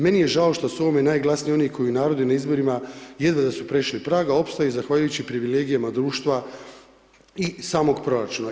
Meni je žao što su ovdje najglasniji oni koji u narodu na izborima jedva da su prešli prag a opstaju zahvaljujući privilegijama društva i samog proračuna.